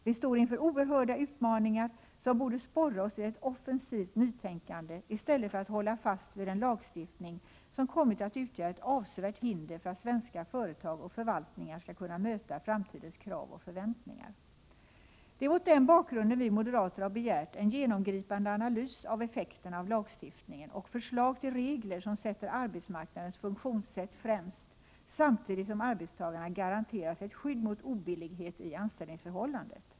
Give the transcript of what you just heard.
Vi står inför oerhörda utmaningar, som borde sporra oss till ett offensivt nytänkande i stället för att hålla fast vid en lagstiftning som kommit att utgöra ett avsevärt hinder för att svenska företag och förvaltningar skall kunna möta framtidens krav och förväntningar. Det är mot den bakgrunden vi moderater har begärt en genomgripande analys av effekterna av lagstiftningen och förslag till regler som sätter arbetsmarknadens funktionssätt främst, samtidigt som arbetstagarna garanteras ett skydd mot obillighet i anställningsförhållandet.